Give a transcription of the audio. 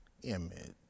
image